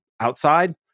outside